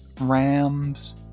Rams